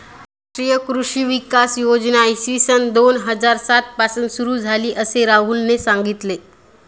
राष्ट्रीय कृषी विकास योजना इसवी सन दोन हजार सात पासून सुरू झाली, असे राहुलने सांगितले